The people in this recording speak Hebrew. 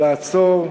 לעצור,